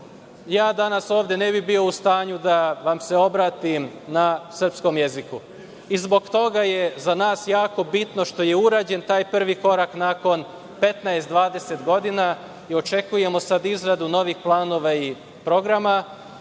ja danas ovde ne bih bio u stanju da vam se obratim na srpskom jeziku. Zbog toga je za nas jako bitno što je urađen taj prvi korak nakon 15, 20 godina i očekujemo sada izradu novih planova i programa